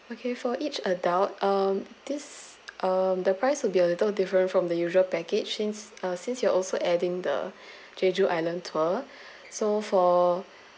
okay for each adult um this uh the price will be a little different from the usual package since uh since you are also adding the jeju island tour so for